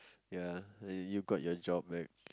ya you got your job back